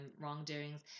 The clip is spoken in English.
wrongdoings